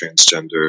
transgender